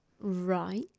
Right